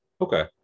Okay